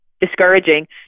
discouraging